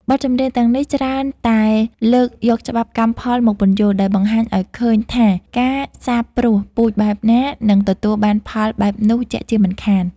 បទចម្រៀងទាំងនេះច្រើនតែលើកយកច្បាប់កម្មផលមកពន្យល់ ដោយបង្ហាញឱ្យឃើញថាការសាបព្រោះពូជបែបណា នឹងទទួលបានផលបែបនោះជាក់ជាមិនខាន។